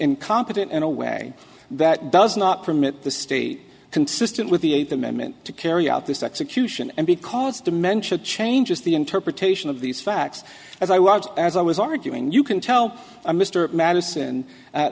incompetent in a way that does not permit the state consistent with the eighth amendment to carry out this execution and because dimension changes the interpretation of these facts as i watched as i was arguing you can tell i'm mr madison